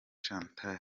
chantal